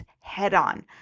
head-on